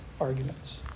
arguments